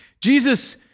Jesus